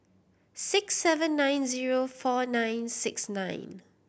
six seven nine zero four nine six nine